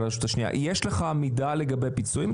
הרשות השנייה: יש לך מידע לגבי הפיצויים,